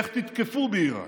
איך תתקפו באיראן?